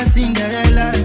Cinderella